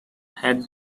had